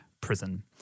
prison